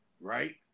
right